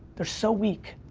they're so weak.